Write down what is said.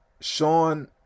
Sean